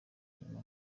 hanyuma